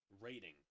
rating